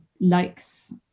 likes